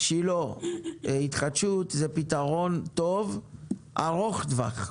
--- שילה, התחדשות זה פתרון טוב ארוך טווח.